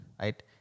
right